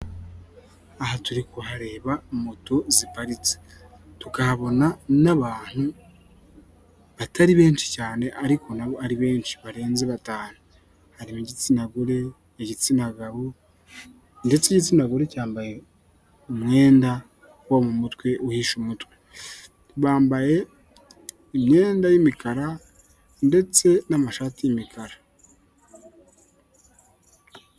Aha turi kuhareba moto ziparitse, tukahabona n'abantu batari benshi cyane ariko nabo ari benshi barenze batanu, harimo igitsina gore, igitsina gabo ndetse n'igitsina gore cyambaye umwenda wo mu mutwe uhisha umutwe, bambaye imyenda y'imikara ndetse n'amashati y'imikara.